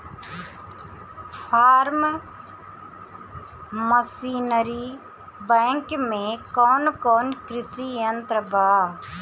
Form machinery bank में कौन कौन कृषि यंत्र बा?